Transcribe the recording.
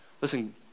Listen